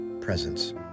Presence